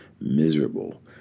miserable